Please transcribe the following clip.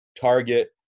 target